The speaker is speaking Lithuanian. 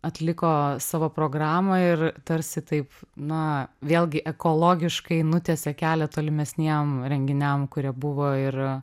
atliko savo programą ir tarsi taip na vėlgi ekologiškai nutiesė kelią tolimesniem renginiam kurie buvo ir